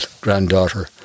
granddaughter